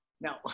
now